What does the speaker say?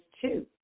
two